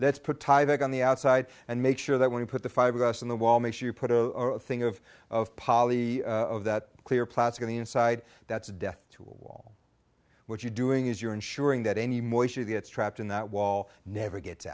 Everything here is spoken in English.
that's put on the outside and make sure that when you put the five of us on the wall makes you put a thing of of poly that clear plastic on the inside that's a death tool what you're doing is you're ensuring that any more she gets trapped in that wall never gets